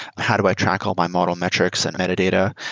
how do i track all my model metrics and metadata?